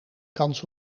kans